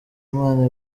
imana